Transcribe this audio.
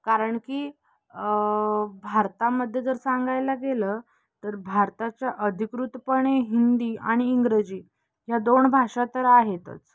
कारण की भारतामध्ये जर सांगायला गेलं तर भारताच्या अधिकृतपणे हिंदी आणि इंग्रजी ह्या दोन भाषा तर आहेतच